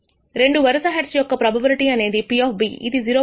రెండు వరుస హెడ్స్ యొక్క ప్రోబబిలిటీ అనేది P ఇది 0